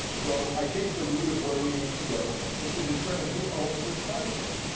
well, i think the root of where we need to go is to determine who owns the content.